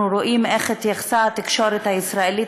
רואים איך התייחסה התקשורת הישראלית,